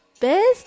best